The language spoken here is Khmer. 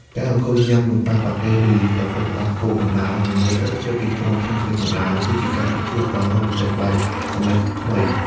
ការអង្គុយញ៉ាំ "នំបុ័ងប៉ាតេ" ឬ "កាហ្វេទឹកដោះគោ" បណ្ដើរ និងមើលទិដ្ឋភាពទីក្រុងភ្នំពេញបណ្ដើរ គឺជាការណាត់ជួបដ៏រ៉ូមែនទិកបែបសម័យថ្មី។